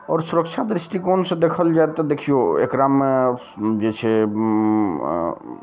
आओर सुरक्षा दृष्टिकोण सऽ देखल जाए तऽ देखियौ एकरामे जे छै